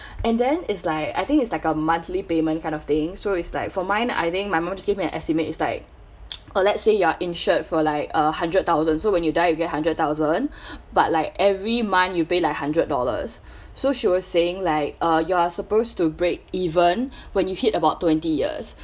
and then is like I think it's like a monthly payment kind of thing so it's like for mine I think my mom just give me an estimate is like or let's say you are insured for like a hundred thousand so when you die you get hundred thousand but like every month you pay like hundred dollars so she was saying like uh you are supposed to break even when you hit about twenty years